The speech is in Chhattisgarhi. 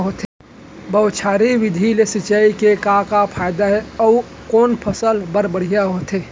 बौछारी विधि ले सिंचाई के का फायदा हे अऊ कोन फसल बर बढ़िया होथे?